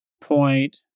point